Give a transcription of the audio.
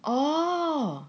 oh